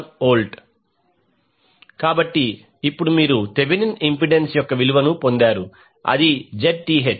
31V కాబట్టి ఇప్పుడు మీరు థెవెనిన్ ఇంపెడెన్స్ యొక్క విలువను పొందారు అది Zth